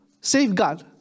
safeguard